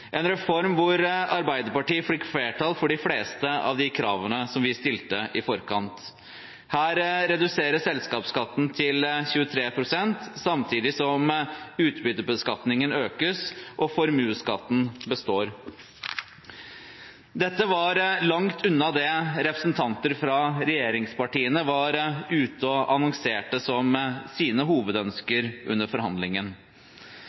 en reform hvor Arbeiderpartiet fikk flertall for de fleste av de kravene vi stilte i forkant. Her reduseres selskapsskatten til 23 pst., samtidig som utbyttebeskatningen økes, og formuesskatten består. Dette var langt unna det representanter fra regjeringspartiene var ute og annonserte som sine